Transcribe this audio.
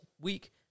week